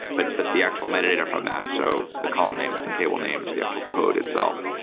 but but the actual metadata from that. so the column names, the tables names, the actual code itself.